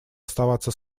оставаться